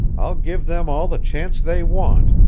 i'll give them all the chance they want.